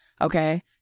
okay